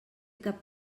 cap